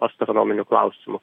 astronominių klausimų